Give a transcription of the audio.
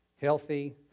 Healthy